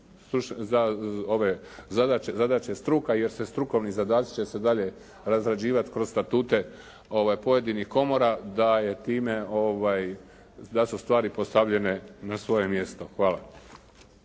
za zadaće struka, jer strukovni zadaci će se dalje razrađivati kroz statute pojedinih komora, da su stvari postavljene na svoje mjesto. Hvala.